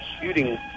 shooting